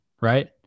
right